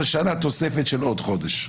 וכל 19 שנה תוספת של עוד חודש.